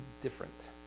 different